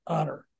honor